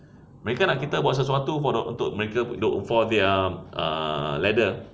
mereka nak kita buat sesuatu for the untuk mereka for their ah ladder